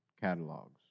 catalogs